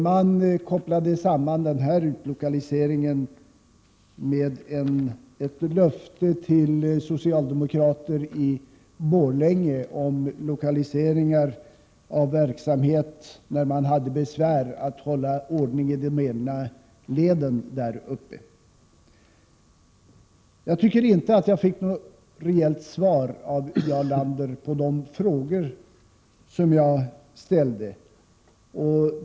Man kopplade samman den här utlokaliseringen med ett löfte till socialdemokraterna i Borlänge om en utlokalisering av verksamhet när man hade besvär med att hålla ordning i de egna leden där uppe. Jag tycker inte att jag fick något rejält svar av Jarl Lander på de frågor som jag ställde.